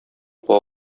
куа